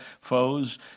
foes